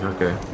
Okay